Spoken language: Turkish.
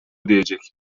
ödeyecek